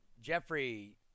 Jeffrey